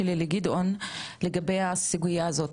לגבי הסוגיה הזו.